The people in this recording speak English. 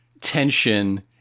tension